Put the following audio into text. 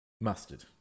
mustard